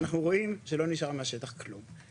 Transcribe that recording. אנחנו רואים שלא נשאר מהשטח כלום.